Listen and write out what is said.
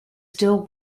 still